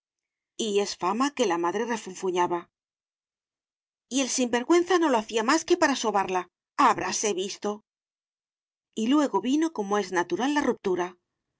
es fama que la madre refunfuñaba y el sinvergüenza no lo hacía más que para sobarla habráse visto y luego vino como es natural la ruptura